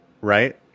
Right